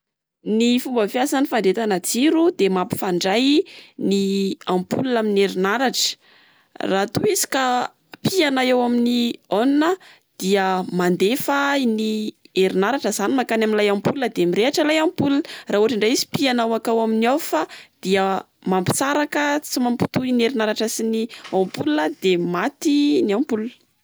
Ny fomba fiasan'ny fandrehetana jiro dia mampifandray ny ampoule amin'ny herinaratra raha toa izy ka pihana eo amin'ny on a, dia mandefa ny herinaratra izany makany amin'ilay ampoule, de mirehatra ilay ampoule. Raha ohatra indray izy pihana mankao amin'ny off, dia mampisaraka tsy mampitohy ny herinaratra sy ny ampoule, dia maty ny ampoule.